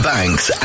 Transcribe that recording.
Banks